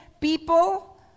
people